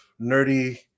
nerdy